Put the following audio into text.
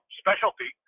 specialty